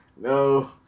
No